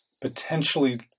potentially